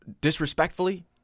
disrespectfully